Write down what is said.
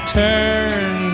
turn